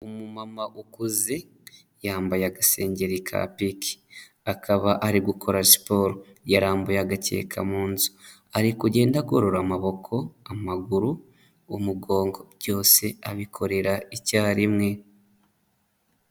Umumama ukuze, yambaye agasengeri ka pinki, akaba ari gukora siporo, yarambuye agakeka mu nzu, ari kugenda agorora amaboko, amaguru, umugongo, byose abikorera icyarimwe.